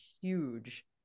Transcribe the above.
huge